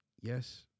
Yes